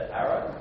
arrow